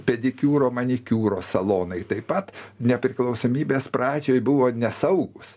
pedikiūro manikiūro salonai taip pat nepriklausomybės pradžioj buvo nesaugūs